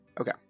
Okay